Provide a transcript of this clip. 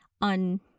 on